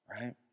right